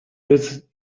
with